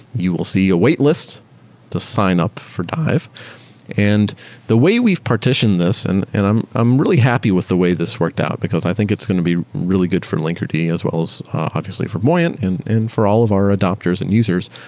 you will see a wait list to sign up for dive and the way we've partitioned this and and i'm i'm really happy with the way this worked out, because i think it's going to be really good for linkerd, yeah as well as obviously for buoyant and and for all of our adopters and users,